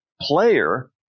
player